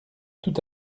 tout